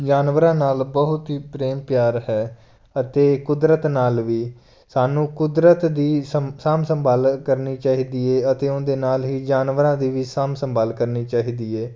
ਜਾਨਵਰਾਂ ਨਾਲ ਬਹੁਤ ਹੀ ਪ੍ਰੇਮ ਪਿਆਰ ਹੈ ਅਤੇ ਕੁਦਰਤ ਨਾਲ ਵੀ ਸਾਨੂੰ ਕੁਦਰਤ ਦੀ ਸੰ ਸਾਂਭ ਸੰਭਾਲ ਕਰਨੀ ਚਾਹੀਦੀ ਹੈ ਅਤੇ ਉਹਦੇ ਨਾਲ ਹੀ ਜਾਨਵਰਾਂ ਦੀ ਵੀ ਸਾਂਭ ਸੰਭਾਲ ਕਰਨੀ ਚਾਹੀਦੀ ਹੈ